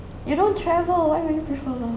you don't travel why will you prefer lor